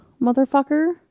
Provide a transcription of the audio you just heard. motherfucker